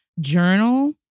Journal